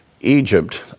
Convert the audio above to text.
Egypt